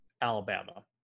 Alabama